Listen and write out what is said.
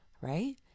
right